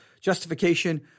justification